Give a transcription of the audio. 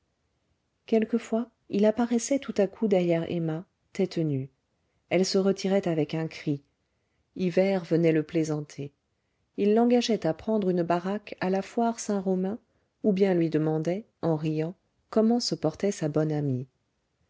quelquefois il apparaissait tout à coup derrière emma tête nue elle se retirait avec un cri hivert venait le plaisanter il l'engageait à prendre une baraque à la foire saint romain ou bien lui demandait en riant comment se portait sa bonne amie